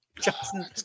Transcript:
Johnson